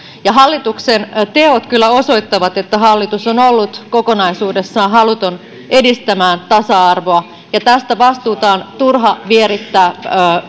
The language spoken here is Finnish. ja hallituksen teot kyllä osoittavat että hallitus on ollut kokonaisuudessaan haluton edistämään tasa arvoa ja tästä vastuuta on turha vierittää